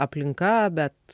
aplinka bet